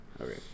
Okay